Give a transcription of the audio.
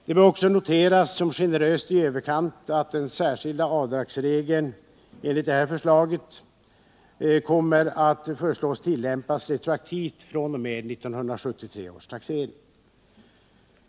Det bör också noteras som generöst i överkant att den särskilda avdragsregeln som här föreslås skall kunna tillämpas retroaktivt fr.o.m. 1973 års taxering.